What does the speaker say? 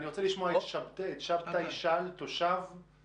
אני רוצה לשמוע את שבתאי שאל, תושב אשקלון.